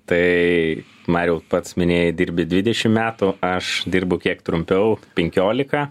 tai mariau pats minėjai dirbi dvidešim metų aš dirbu kiek trumpiau penkiolika